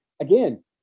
again